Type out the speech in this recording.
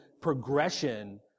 progression